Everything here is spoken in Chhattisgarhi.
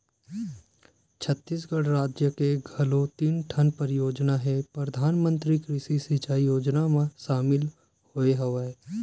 छत्तीसगढ़ राज के घलोक तीन ठन परियोजना ह परधानमंतरी कृषि सिंचई योजना म सामिल होय हवय